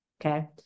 Okay